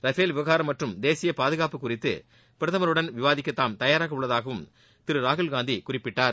Rafale விவகாரம் மற்றும் தேசிய பாதுகாட்பு குறித்து பிரதமருடன் விவாதிக்க தாம் தயாராக உள்ளதாகவும் திரு ராகுல்காந்தி குறிப்பிட்டார்